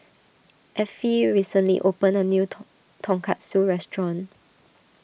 Affie recently opened a new ton Tonkatsu restaurant